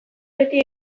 beti